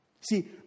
See